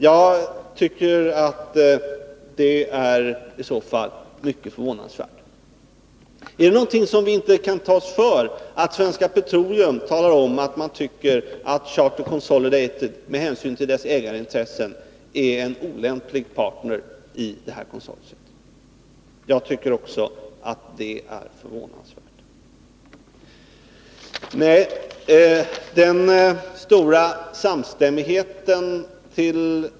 Jag tycker att det i så fall är mycket förvånansvärt. Att Svenska Petroleum talar om att man tycker att Charter Consolidated med hänsyn till dess ägarintressen är en olämplig partner i det här konsortiet — är det någonting som vi inte kan ta oss för? Jag tycker också att det är förvånansvärt. Herr talman!